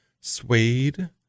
Suede